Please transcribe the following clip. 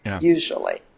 usually